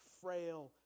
frail